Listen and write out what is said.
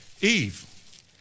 Eve